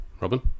Robin